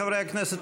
חברי הכנסת,